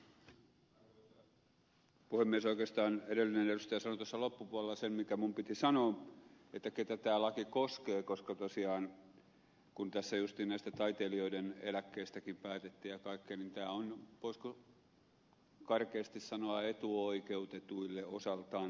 oikeastaan edellinen edustaja sanoi tuossa loppupuolella sen mikä minun piti sanoa että ketä tämä laki koskee koska tosiaan kun tässä justiin näistä taiteilijoiden eläkkeistäkin päätettiin ja kaikkea niin tämä on voisiko karkeasti sanoa etuoikeutetuille osaltaan